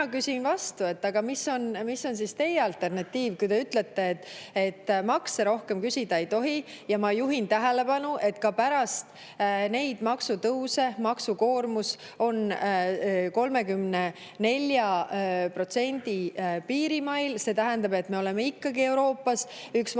siis teie alternatiiv, kui te ütlete, et makse rohkem küsida ei tohi. Ma juhin tähelepanu, et ka pärast neid maksutõuse on maksukoormus 34% piirimail, see tähendab, et me oleme ikkagi Euroopas üks madalama